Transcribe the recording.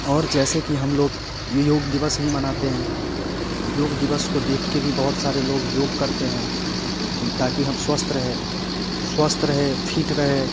और जैसे कि हम लोग योग दिवस ही मानते हैं योग दिवस को देख के भी बहुत सारे लोग योग करते हैं कि ताकि हम स्वस्थ रहे स्वस्थ रहे फिट रहे